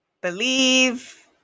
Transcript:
Believe